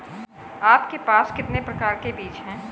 आपके पास कितने प्रकार के बीज हैं?